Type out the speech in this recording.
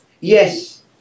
yes